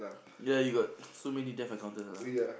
there you got so many death encounters ah